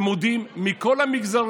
כבר קצת מזמן,